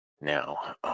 Now